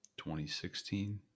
2016